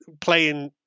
Playing